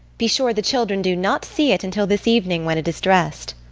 be sure the children do not see it until this evening, when it is dressed.